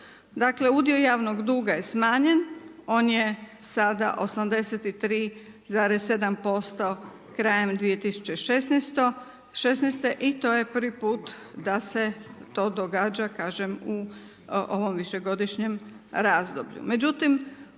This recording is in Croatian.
udio javnog duga je smanjen on je sada 83,7% krajem 2016. i to je prvi put da se to događa u ovom višegodišnjem razdoblju.